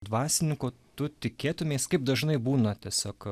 dvasininko tu tikėtumeis kaip dažnai būna tiesiog